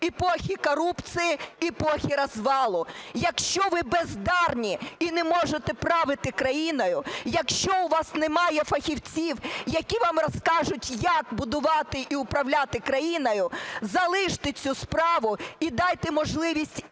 епохи корупції, епохи розвалу. Якщо ви бездарні і не можете правити країною, якщо у вас немає фахівців, які вам розкажуть, як будувати і управляти країною, залиште цю справу і дайте можливість іншим